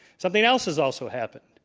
something else has also happened.